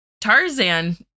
tarzan